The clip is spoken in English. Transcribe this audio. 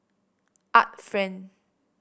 Art Friend